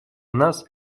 нас